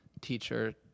teacher